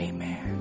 Amen